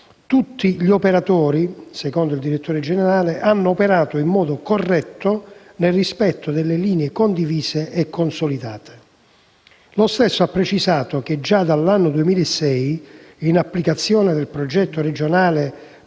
tutti gli operatori - secondo il direttore generale - hanno operato in modo corretto nel rispetto delle linee condivise e consolidate. Lo stesso ha precisato che già dall'anno 2006 in applicazione del progetto regionale